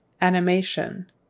animation